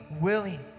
willing